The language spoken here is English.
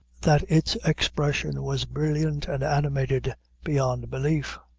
that its expression was brilliant and animated beyond belief.